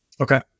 Okay